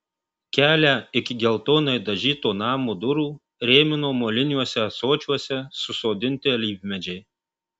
kelią iki geltonai dažyto namo durų rėmino moliniuose ąsočiuose susodinti alyvmedžiai